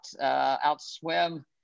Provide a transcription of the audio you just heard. outswim